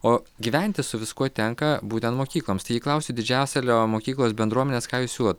o gyventi su viskuo tenka būtent mokykloms taigi klausiu didžiasalio mokyklos bendruomenės ką jūs siūlot